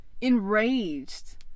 enraged